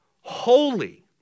holy